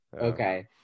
Okay